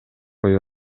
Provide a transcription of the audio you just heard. кое